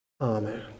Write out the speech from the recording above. Amen